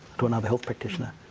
to another health practitioner.